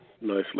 nicely